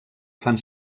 fan